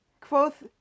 Quoth